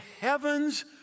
heavens